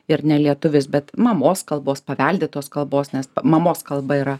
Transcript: ir nelietuvis bet mamos kalbos paveldėtos kalbos nes mamos kalba yra